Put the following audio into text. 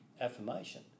affirmation